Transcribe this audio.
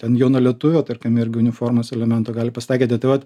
ten jaunalietuvio tarkim irgi uniformos elemento gali pasitaikyti tai vat